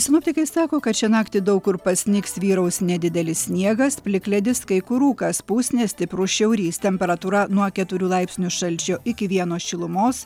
sinoptikai sako kad šią naktį daug kur pasnigs vyraus nedidelis sniegas plikledis kai kur rūkas pūs nestiprus šiaurys temperatūra nuo keturių laipsnių šalčio iki vieno šilumos